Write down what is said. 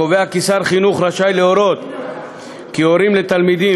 הקובע כי שר החינוך רשאי להורות כי הורים לתלמידים